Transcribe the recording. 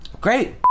great